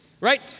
right